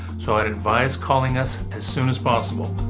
so i'd advise calling us as soon as possible.